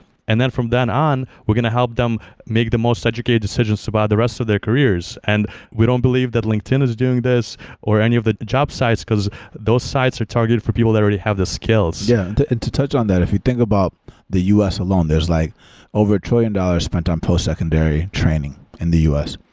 and then from then on, we're going to help them make the most educated decisions about the rest of the careers. and we don't believe that linkedin is doing this or any of the job sites, because those sites are targeted for people that already have the skills yeah, and to touch on that. if you think about the u s. alone, there's like over a trillion dollars spent on post-secondary training in the u s.